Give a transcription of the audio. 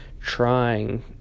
trying